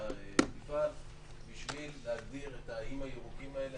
תפעל בשביל להגדיר את האיים הירוקים האלה.